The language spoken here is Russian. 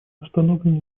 установлены